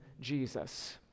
Jesus